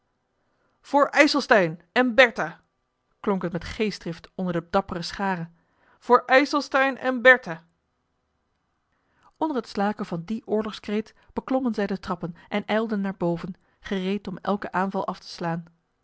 voor ijselstein en bertha klonk het met geestdrift onder de dappere schare voor ijselstein en bertha onder het slaken van dien oorlogskreet beklommen zij de trappen en ijlden naar boven gereed om elken aanval af te slaan